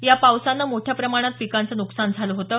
या पावसानं मोठ्या प्रमाणात पिकांचं नुकसान झालं होतं